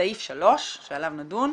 סעיף 3 שעליו נדון: